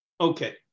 Okay